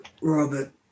Robert